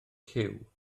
cyw